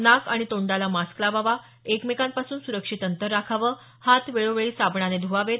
नाक आणि तोंडाला मास्क लावावा एकमेकांपासून सुरक्षित अंतर राखावं हात वेळोवेळी साबणाने धुवावेत